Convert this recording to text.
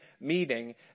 meeting